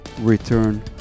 return